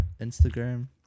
Instagram